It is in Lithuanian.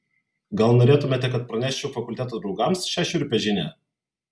gal norėtumėte kad praneščiau fakulteto draugams šią šiurpią žinią